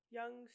young